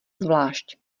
zvlášť